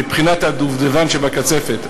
בבחינת הדובדבן שבקצפת.